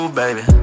baby